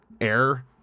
air